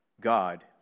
God